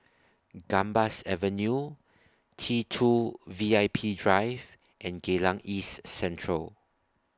Gambas Avenue T two VIP Drive and Geylang East Central